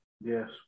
Yes